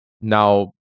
now